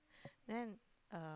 then uh